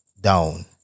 down